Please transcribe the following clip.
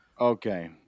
Okay